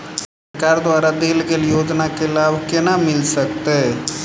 सरकार द्वारा देल गेल योजना केँ लाभ केना मिल सकेंत अई?